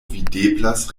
videblas